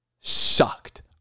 Sucked